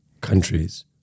countries